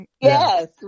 Yes